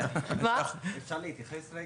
אפשר להתייחס רגע?